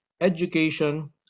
education